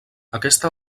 aquesta